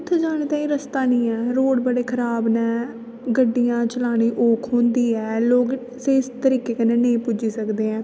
उत्थै जाने तांई रस्ता नेईं ऐ रोड़ बडे़ खराब न गड्डियां चलाने च औख होंदी ऐ लोग स्हेई तरिके कन्नै नेईं पुज्जी सकदे हैन